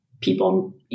people